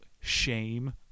shame